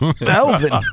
Elvin